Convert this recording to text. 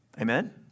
Amen